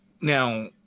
now